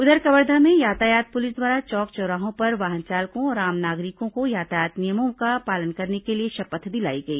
उधर कवर्धा में यातायात पुलिस द्वारा चौक चौराहों पर वाहन चालकों और आम नागरिकों को यातायात नियमों का पालन करने के लिए शपथ दिलाई गई